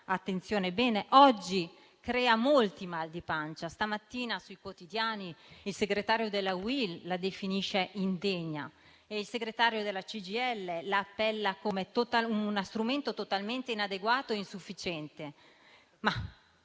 Orlando - oggi crea molti mal di pancia. Stamattina sui quotidiani il segretario della UIL la definisce indegna e il segretario della CGIL l'appella come strumento totalmente inadeguato e insufficiente. Non